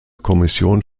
kommission